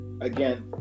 again